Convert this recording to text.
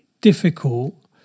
Difficult